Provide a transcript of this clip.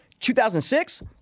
2006